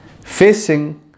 facing